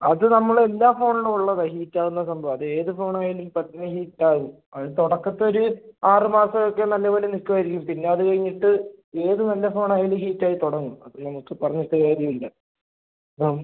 അത് നമ്മളെല്ലാ ഫോണിലും ഉള്ളതാണ് ഹീറ്റാവുന്ന സംഭവം അതേതു ഫോണായാലും പെട്ടെന്ന് ഹീറ്റാവും അത് തുടക്കത്തിലൊരു ആറ് മാസമൊക്കെ നല്ലപോലെ നിൽക്കുമായിരിക്കും പിന്നെ അതു കഴിഞ്ഞിട്ട് ഏതു നല്ല ഫോണായാലും ഹീറ്റായിത്തുടങ്ങും അപ്പോൾ നമുക്ക് പറഞ്ഞിട്ട് കാര്യമില്ല അതാണ്